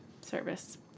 service